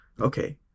okay